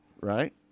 right